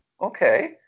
Okay